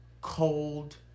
cold